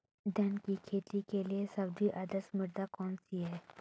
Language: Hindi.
धान की खेती के लिए सर्वाधिक आदर्श मृदा कौन सी है?